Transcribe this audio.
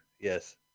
Yes